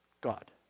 God